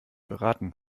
beraten